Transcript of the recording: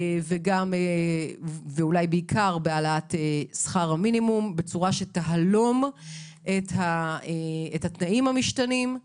ואולי בעיקר בהעלאת שכר המינימום בצורה שתהלום את התנאים המשתנים,